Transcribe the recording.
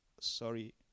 Sorry